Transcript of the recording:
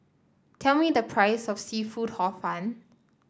tell me the price of seafood Hor Fun